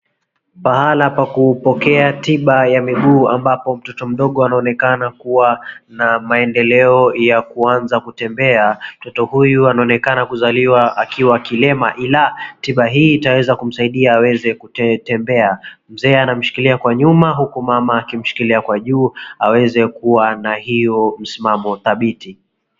Pahala pa kupokea tiba ya miguu ambapo mtoto mdogo anaonekana kuwa na maendeleo ya kuanza kutembea. Mtoto huyu anaonekana kuzaliwa akiwa kilema ila, tiba hii itaweza kumsaidia aweze kutembea. Mzee anamshikilia kwa nyuma huku mama akimshikilia kwa juu, aweze kuwa na hiyo msimamo dhabiti.